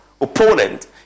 opponent